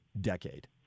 decade